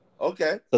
Okay